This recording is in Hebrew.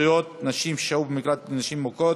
זכויות נשים ששהו במקלט לנשים מוכות),